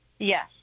Yes